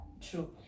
True